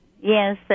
Yes